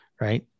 right